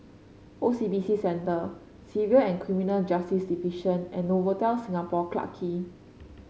O C B C Center Civil And Criminal Justice Division and Novotel Singapore Clarke Quay